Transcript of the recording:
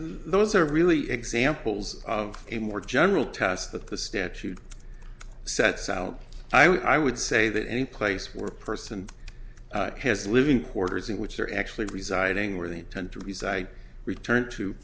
those are really examples of a more general test that the statute sets out i would say that any place where a person has living quarters in which they are actually residing where they intend to reside returned to